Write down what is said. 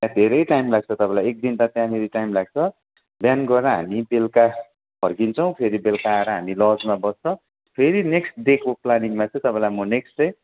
त्यहाँ धेरै टाइम लाग्छ तपाईँलाई एकदिन त त्यहाँनेरि टाइम लाग्छ बिहान गएर हामी बेलुका फर्किन्छौँ फेरि बेलुका आएर हामी लजमा बस्छ फेरि नेक्स्ट डेको प्लानिङलाई चाहिँ तपाईँलाई म नेक्स्ट डे